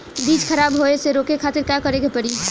बीज खराब होए से रोके खातिर का करे के पड़ी?